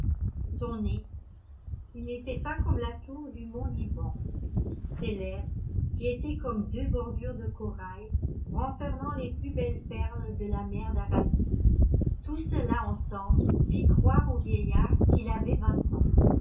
qui n'était pas comme la tour du mont liban ses lèvres qui étaient comme deux bordures de corail renfermant les plus belles perles de la mer d'arabie tout cela ensemble fit croire au vieillard qu'il avait vingt ans